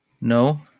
No